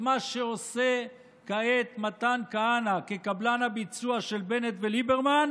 מה שעושה כעת מתן כהנא כקבלן הביצוע של בנט וליברמן,